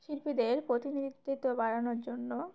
শিল্পীদের প্রতিনিধিত্ব বাড়ানোর জন্য